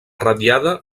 ratllada